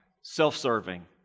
self-serving